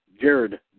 Jared